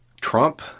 Trump